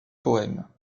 poèmes